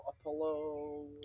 Apollo